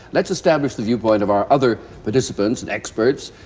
let's establish the viewpoint of our other participants and experts.